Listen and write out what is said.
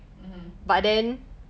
mmhmm